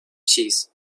cheese